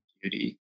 beauty